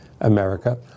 America